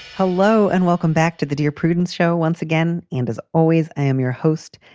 hello and welcome back to the dear prudence show once again. and as always, i'm your host.